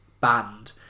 banned